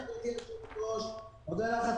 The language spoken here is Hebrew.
לך, היושבת-ראש, מודה לך השרה,